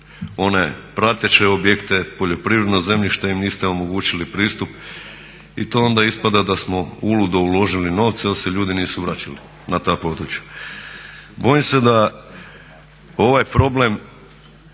one prateće objekte, poljoprivredno zemljište im niste omogućili pristup i to onda ispada da smo uludo uložili novce jer se ljudi nisu vraćali na ta područja. Bojim se da ovaj problem